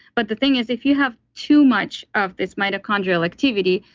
but the thing is, if you have too much of this mitochondrial activity,